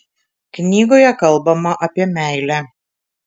knygoje kalbama apie meilę